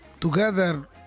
together